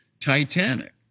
Titanic